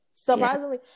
surprisingly